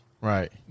right